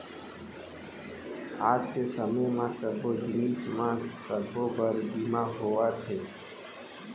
आज के समे म सब्बो जिनिस म सबो बर बीमा होवथे